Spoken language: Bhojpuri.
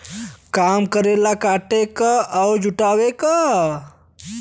काम करेला काटे क अउर जुटावे क